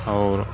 आओर